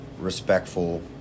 respectful